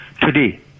today